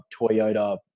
Toyota